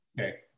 Okay